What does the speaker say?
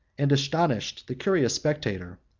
and astonished the curious spectator,